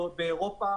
באירופה